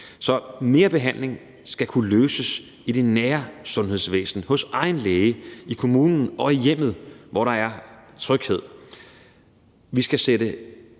Så mere behandling skal kunne løses i det nære sundhedsvæsen, hos egen læge, i kommunen og i hjemmet, hvor der er tryghed.